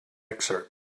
excerpt